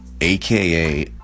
aka